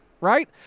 right